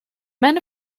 man